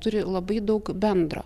turi labai daug bendro